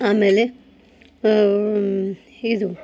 ಆಮೇಲೆ ಇದು